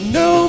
no